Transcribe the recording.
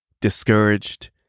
discouraged